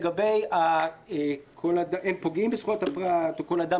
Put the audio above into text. לגבי זה שאין פוגעים בזכויות הפרט או כל אדם